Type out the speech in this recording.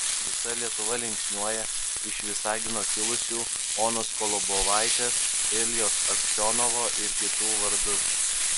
visa lietuva linksniuoja iš visagino kilusių onos kolobovaitės iljos aksionovo ir kitų vardus